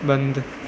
बंदु